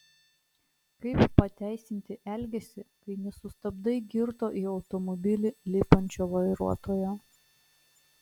kaip pateisinti elgesį kai nesustabdai girto į automobilį lipančio vairuotojo